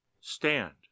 stand